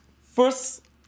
first